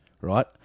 right